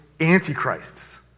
antichrists